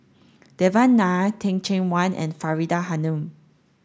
Devan Nair Teh Cheang Wan and Faridah Hanum